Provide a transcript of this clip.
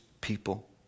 people